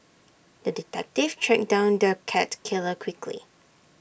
the detective tracked down the cat killer quickly